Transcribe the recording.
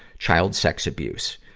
child sex abuse.